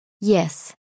Yes